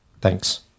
thanks